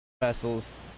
vessels